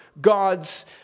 God's